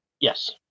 Yes